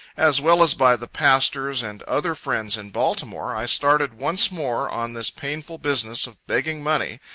as well as by the pastors and other friends in baltimore, i started once more on this painful business of begging money,